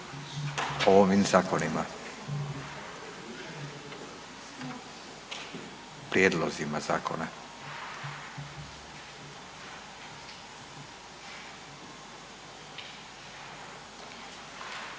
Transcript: o ovim zakonima. Prijedlozima zakona.